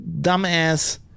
dumbass